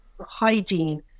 hygiene